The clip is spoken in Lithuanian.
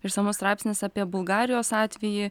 išsamus straipsnis apie bulgarijos atvejį